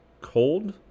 cold